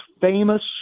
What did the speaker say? famous